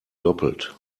doppelt